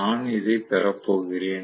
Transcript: நான் இதைப் பெறப்போகிறேன்